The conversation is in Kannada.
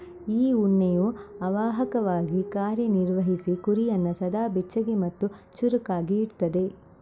ಈ ಉಣ್ಣೆಯು ಅವಾಹಕವಾಗಿ ಕಾರ್ಯ ನಿರ್ವಹಿಸಿ ಕುರಿಯನ್ನ ಸದಾ ಬೆಚ್ಚಗೆ ಮತ್ತೆ ಚುರುಕಾಗಿ ಇಡ್ತದೆ